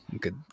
good